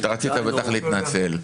אתה רצית בטח להתנצל.